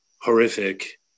horrific